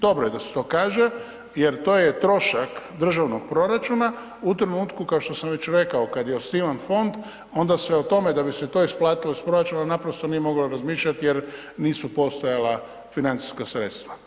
Dobro je da se to kaže jer to je trošak državnog proračuna u trenutku, kao što sam već rekao, kad je osnivan fond onda se o tome, da bi se to isplatilo iz proračuna, naprosto nije moglo razmišljat jer nisu postojala financijska sredstva.